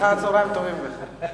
אחר-צהריים טובים לך.